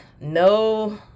No